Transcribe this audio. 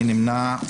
מי נמנע?